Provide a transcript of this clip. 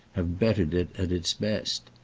have bettered it at its best.